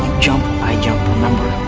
jump, i jump remember?